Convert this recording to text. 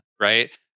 right